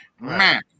man